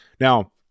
Now